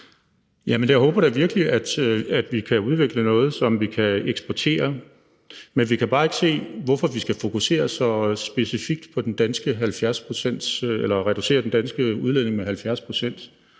jeg håber da virkelig, at vi kan udvikle noget, som vi kan eksportere. Men vi kan bare ikke se, hvorfor vi skal fokusere så specifikt på at reducere den danske udledning med 70